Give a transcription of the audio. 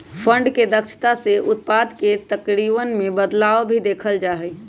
fund के दक्षता से उत्पाद के तरीकवन में बदलाव भी देखल जा हई